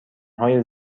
های